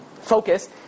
focus